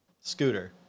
Scooter